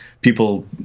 people